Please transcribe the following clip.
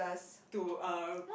to uh